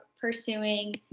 pursuing